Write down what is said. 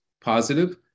positive